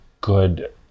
good